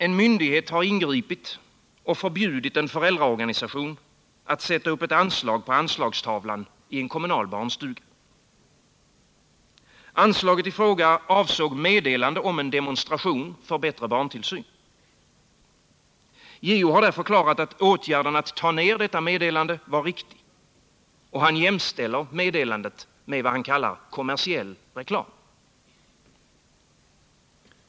En myndighet har ingripit och förbjudit en föräldraorganisation att sätta upp ett anslag på anslagstavlan i en kommunal barnstuga. Anslaget i fråga avsåg meddelande om en demonstration för bättre barntillsyn. JO har förklarat att åtgärden att ta ned detta meddelande var riktig. Han jämställer meddelandet med vad han kallar kommersiell reklam.